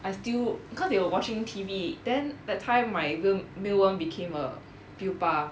I still because they were watching T_V then that time right my mealworm became a pupa